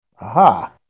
Aha